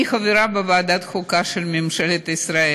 אני חברה בוועדת החוקה של ממשלת ישראל.